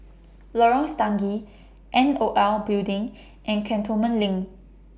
Lorong Stangee N O L Building and Cantonment LINK